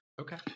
Okay